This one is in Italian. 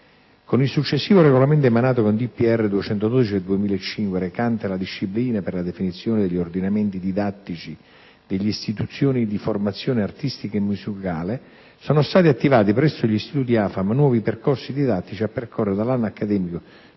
del Presidente della Repubblica n. 212 del 2005, recante la disciplina per la definizione degli ordinamenti didattici delle istituzioni di formazione artistica e musicale, sono stati attivati presso gli istituti AFAM nuovi percorsi didattici a decorrere dall'anno accademico